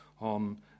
on